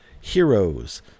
Heroes